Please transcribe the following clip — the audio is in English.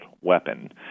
weapon